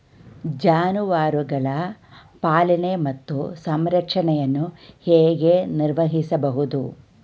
ಜಾನುವಾರುಗಳ ಪಾಲನೆ ಮತ್ತು ಸಂರಕ್ಷಣೆಯನ್ನು ಹೇಗೆ ನಿರ್ವಹಿಸಬಹುದು?